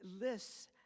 lists